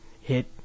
hit